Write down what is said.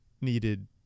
needed